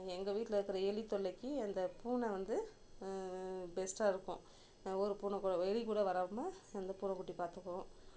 எங்கள் வீட்டில இருக்கிற எலி தொல்லைக்கு அந்த பூனை வந்து பெஸ்ட்டாக இருக்கும் ஒரு பூனைக் கூட எலிக் கூட வராமல் அந்த பூனைக்குட்டி பார்த்துக்கும்